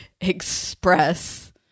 express